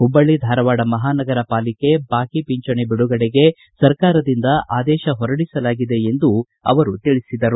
ಹುಬ್ಬಳ್ಳಿ ಧಾರವಾಡ ಮಹಾನಗರ ಪಾಲಿಕೆ ಬಾಕಿ ಪಿಂಚಣಿ ಬಿಡುಗಡೆಗೆ ಸರ್ಕಾರದಿಂದ ಆದೇಶ ಹೊರಡಿಸಲಾಗಿದೆ ಎಂದು ಅವರು ತಿಳಿಸಿದರು